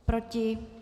Proti?